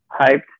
hyped